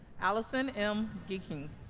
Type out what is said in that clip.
allison m. gicking